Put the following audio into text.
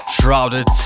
shrouded